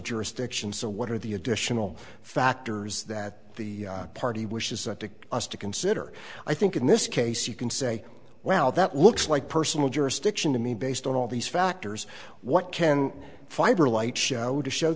jurisdiction so what are the additional factors that the party wishes to us to consider i think in this case you can say well that looks like personal jurisdiction to me based on all these factors what can fiber light show to show